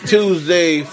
Tuesday